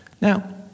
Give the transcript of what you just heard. Now